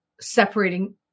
separating